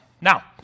Now